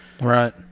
Right